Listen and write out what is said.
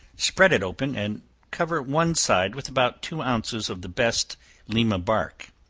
spread it open, and cover one side with about two ounces of the best lima bark,